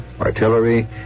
artillery